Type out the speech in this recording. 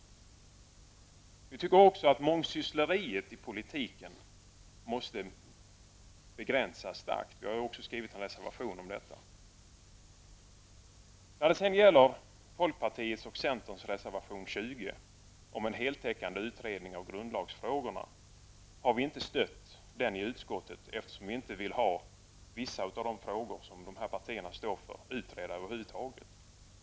Vi tycker att mångsyssleriet i politiken måste begränsas starkt. Vi har skrivit en reservation om detta. Då det gäller folkpartiets och centerns reservation 20 om en heltäckande utredning av grundlagsfrågorna har vi inte stött den i utskottet, eftersom vi inte vill ha vissa av de frågor som partierna står för utredda över huvud taget.